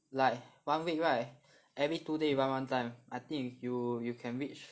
like one week right every two day you run one time I think you you can reach